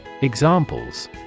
Examples